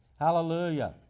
hallelujah